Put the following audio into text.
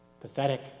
Pathetic